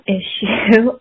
issue